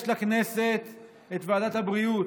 יש לכנסת את ועדת הבריאות.